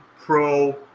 Pro